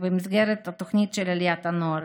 במסגרת התוכנית של עליית הנוער